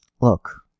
Look